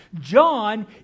John